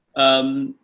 um,